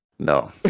No